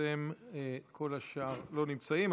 כל השאר לא נמצאים.